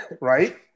right